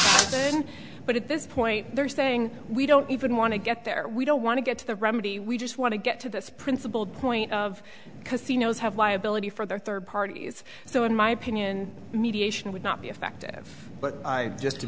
but at this point they're saying we don't even want to get there we don't want to get to the remedy we just want to get to this principled point of casinos have liability for their third parties so in my opinion mediation would not be effective but i just to